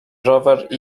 rower